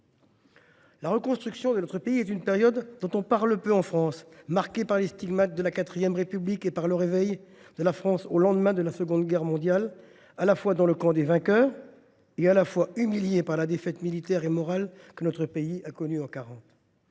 La reconstruction est une période dont on parle peu en France, marquée par les stigmates de la IV République et par le réveil paradoxal de la France au lendemain de la Seconde Guerre mondiale : à la fois dans le camp des vainqueurs et humiliée par la défaite militaire et morale que notre pays a connue en 1940.